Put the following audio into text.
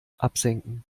absenken